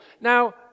Now